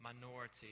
minority